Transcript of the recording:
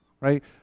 right